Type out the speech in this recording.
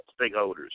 stakeholders